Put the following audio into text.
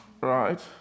right